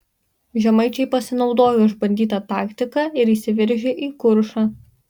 žemaičiai pasinaudojo išbandyta taktika ir įsiveržė į kuršą